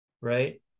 right